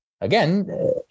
again